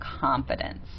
confidence